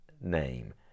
name